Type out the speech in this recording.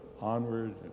onward